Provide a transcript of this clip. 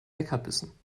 leckerbissen